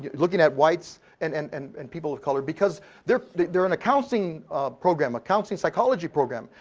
yeah looking at whites and and and and people of color because they're they're in a counselling program, a counselling psychology program.